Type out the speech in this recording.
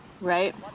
right